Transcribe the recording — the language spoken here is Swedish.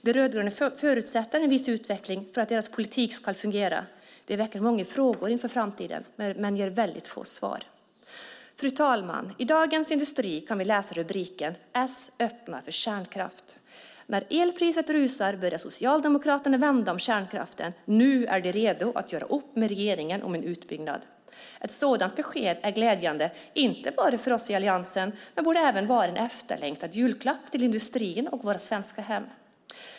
De rödgröna förutsätter en viss utveckling för att deras politik ska fungera. Det väcker många frågor inför framtiden, men det ger väldigt få svar. Fru talman! I Dagens Industri kan vi läsa rubriken "S öppnar för kärnkraft". "När elpriset rusar börjar Socialdemokraterna vända om kärnkraften. Nu är de redo att göra upp med regeringen om en uppbyggnad." Ett sådant besked är glädjande inte bara för oss i Alliansen utan borde även vara en efterlängtad julklapp till industrin och våra svenska hem.